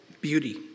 beauty